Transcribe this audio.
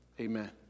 Amen